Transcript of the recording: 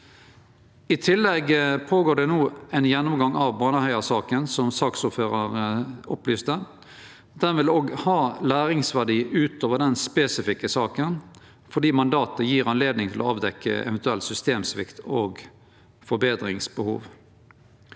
I tillegg held ein no på med ein gjennomgang av Baneheia-saka, som saksordføraren opplyste. Det vil også ha læringsverdi utover den spesifikke saka fordi mandatet gjev anledning til å avdekkje eventuell systemsvikt og forbetringsbehov.